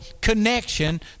connection